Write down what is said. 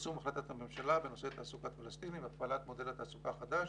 ליישום החלטת הממשלה בנושא תעסוקת פלסטינים והפעלת מודל התעסוקה החדש